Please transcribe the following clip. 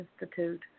institute